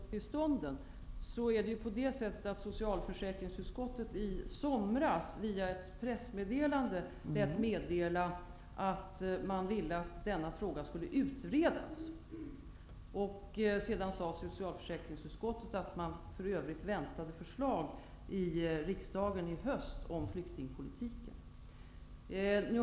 Fru talman! När det gäller frågan om de tillfälliga uppehållstillstånden lät socialförsäkringsutskottet i somras via ett pressmeddelande meddela att man ville att denna fråga skulle utredas. Sedan sade socialförsäkringsutskottet att man väntade på förslag i riksdagen under hösten om flyktingpolitiken.